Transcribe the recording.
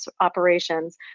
operations